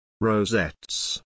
Rosettes